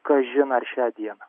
kažin ar šią dieną